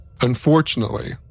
Unfortunately